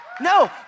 No